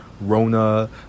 rona